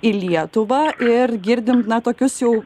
į lietuvą ir girdim na tokius jau